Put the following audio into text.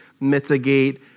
mitigate